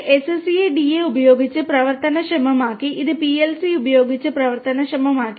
ഇത് SCADA ഉപയോഗിച്ച് പ്രവർത്തനക്ഷമമാക്കി ഇത് PLC ഉപയോഗിച്ച് പ്രവർത്തനക്ഷമമാക്കി